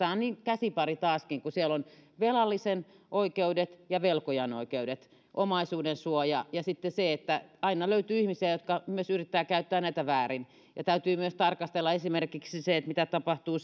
on niin kuin käsipari taaskin kun siellä on velallisen oikeudet ja velkojan oikeudet omaisuuden suoja ja sitten se että aina löytyy ihmisiä jotka myös yrittävät käyttää näitä väärin täytyy myös tarkastella esimerkiksi mitä tapahtuu